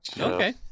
Okay